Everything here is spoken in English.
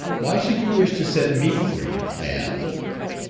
why should you wish to set me free i asked.